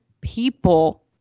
people